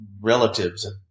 relatives